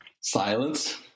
silence